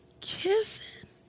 kissing